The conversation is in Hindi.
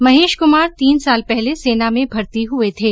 महेश कुमार तीन साल पहले सेना में भर्ती हुये थे